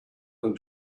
them